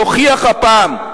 תוכיח הפעם,